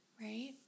Right